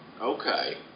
okay